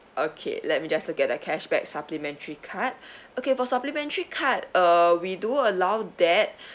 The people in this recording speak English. okay let me just look at the cashback supplementary card okay for supplementary card err we do allow that